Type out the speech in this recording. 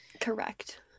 correct